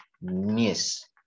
miss